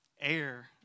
air